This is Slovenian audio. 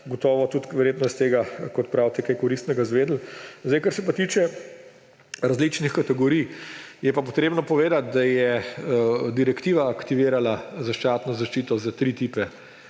gotovo tudi verjetno iz tega, kot pravite, kaj koristnega izvedeli. Kar se pa tiče različnih kategorij, je pa potrebno povedati, da je direktiva aktivirala začasno zaščito za tri tipe;